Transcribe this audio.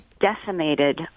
decimated